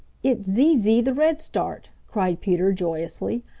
it's zee zee the redstart! cried peter joyously.